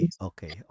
Okay